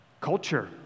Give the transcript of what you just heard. Culture